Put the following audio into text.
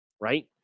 Right